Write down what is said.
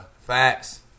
Facts